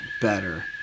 better